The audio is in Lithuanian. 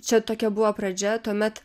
čia tokia buvo pradžia tuomet